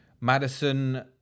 Madison